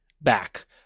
back